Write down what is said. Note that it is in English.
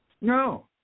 No